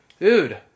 dude